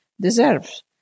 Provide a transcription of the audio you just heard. deserves